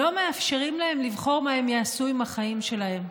לא מאפשרים להם לבחור מה הם יעשו עם החיים שלהם.